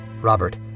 Robert